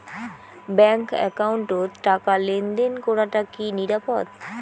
Bank একাউন্টত টাকা লেনদেন করাটা কি নিরাপদ?